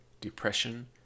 depression